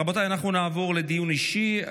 רבותיי, אנחנו נעבור לדיון אישי.